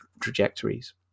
trajectories